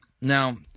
Now